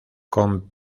con